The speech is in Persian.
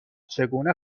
چگونه